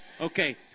Okay